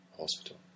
hospital